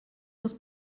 muss